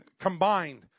combined